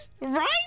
Right